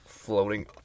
floating